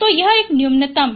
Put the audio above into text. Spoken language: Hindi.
तो यह एक न्यूनतम है